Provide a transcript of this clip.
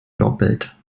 doppelt